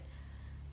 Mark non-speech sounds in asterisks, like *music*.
*breath*